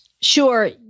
Sure